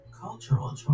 Cultural